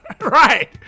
Right